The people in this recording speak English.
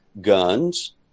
guns